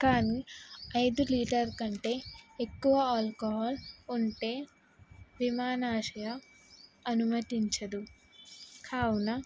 కానీ ఐదు లీటర్ కంటే ఎక్కువ ఆల్కహాల్ ఉంటే విమానాశయ అనుమతించదు కావున